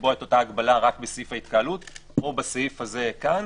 לקבוע את אותה הגבלה רק בסעיף ההתקהלות או בסעיף הזה כאן.